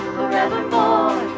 Forevermore